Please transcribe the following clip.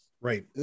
right